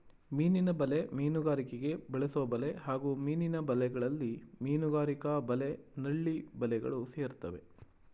ಮೀನಿನ ಬಲೆ ಮೀನುಗಾರಿಕೆಗೆ ಬಳಸೊಬಲೆ ಹಾಗೂ ಮೀನಿನ ಬಲೆಗಳಲ್ಲಿ ಮೀನುಗಾರಿಕಾ ಬಲೆ ನಳ್ಳಿ ಬಲೆಗಳು ಸೇರ್ತವೆ